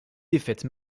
défaites